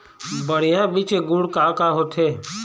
बढ़िया बीज के गुण का का होथे?